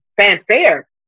fanfare